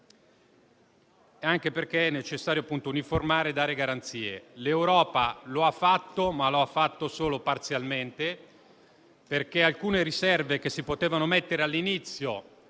anche perché è necessario uniformare e dare garanzie. L'Europa lo ha fatto solo parzialmente perché alcune riserve che si potevano mettere all'inizio,